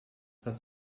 hast